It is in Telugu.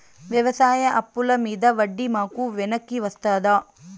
వ్యవసాయ అప్పుల మీద వడ్డీ మాకు వెనక్కి వస్తదా?